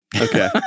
Okay